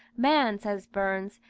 man, says burns,